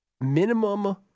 minimum